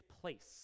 place